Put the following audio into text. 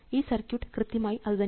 ഈ സർക്യൂട്ട് കൃത്യമായി അതുതന്നെയാണ്